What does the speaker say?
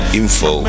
info